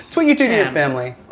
what you do to your family.